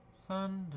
Sunday